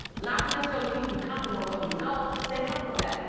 not to necessarily keep you comfortable on what you know. stay comfortable in that.